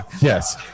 yes